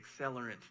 accelerant